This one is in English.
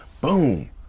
boom